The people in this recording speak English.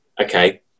okay